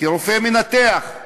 כרופא מנתח,